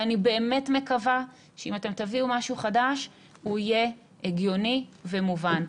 אני באמת מקווה שאם אתם תביאו משהו חדש הוא יהיה הגיוני ומובן.